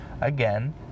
again